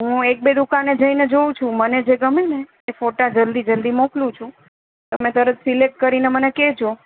હું એક બે દુકાને જઈને જોઉ છું મને જે ગમેને એ ફોટા જલદી જલદી મોકલું છું તમે તરત સિલેકટ કરીને મને કહેજો